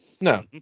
No